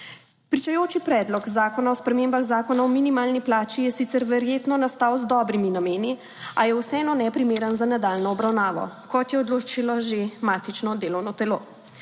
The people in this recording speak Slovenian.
Pričujoči Predlog zakona o spremembah Zakona o minimalni plači je sicer verjetno nastal z dobrimi nameni, a je vseeno neprimeren za nadaljnjo obravnavo, kot je odločilo že matično delovno telo.